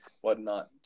whatnot